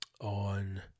on